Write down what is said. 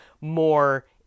more